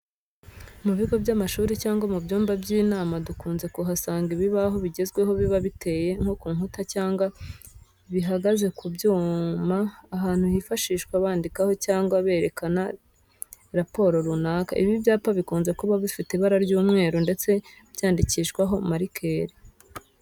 Mu bigo by'amashuri cyangwa mu byumba by'inama dukunze kuhasanga ibibaho bigezweho biba biteye ku nkuta cyangwa bihagaze ku byuma abantu bifashisha bandikaho cyangwa berekana raporo runaka. Ibi byapa bikunze kuba bifite ibara ry'umweru ndetse byandikishwaho marikeri.